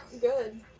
Good